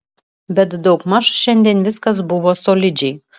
bet daugmaž šiandien viskas buvo solidžiai